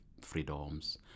freedoms